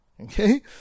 Okay